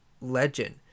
legend